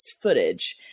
footage